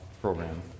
program